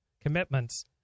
commitments